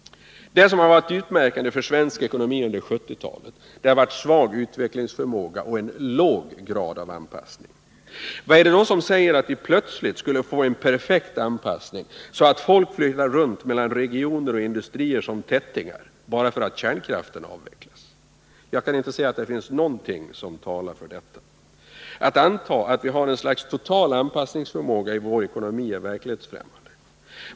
Det som varit utmärkande för svensk ekonomi under 1970-talet har varit svag utvecklingsförmåga och en låg grad av anpassning. Vad är det som säger att vi plötsligt skulle få en perfekt anpassning, så att folk flyttar runt mellan regioner och industrier som tättingar bara för att kärnkraften avvecklas? Jag kan inte se att det finns någonting som talar för detta. Att anta att vi har ett slags total anpassningsförmåga i vår ekonomi är verklighetsfrämmande.